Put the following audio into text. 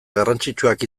garrantzitsuak